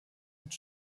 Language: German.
mit